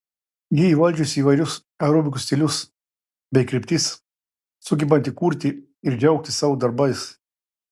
ji įvaldžiusi įvairius aerobikos stilius bei kryptis sugebanti kurti ir džiaugtis savo darbais